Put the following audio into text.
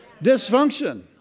Dysfunction